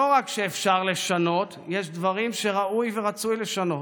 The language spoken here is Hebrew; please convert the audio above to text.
לא רק שאפשר לשנות, יש דברים שראוי ורצוי לשנות.